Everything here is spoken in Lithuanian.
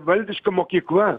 valdiška mokykla